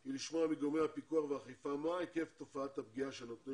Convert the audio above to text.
היא לשמוע מגורמי הפיקוח והאכיפה מה היקף תופעת הפגיעה של נותני